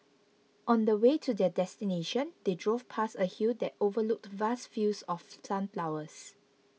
on the way to their destination they drove past a hill that overlooked vast fields of sunflowers